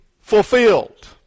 fulfilled